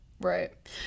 Right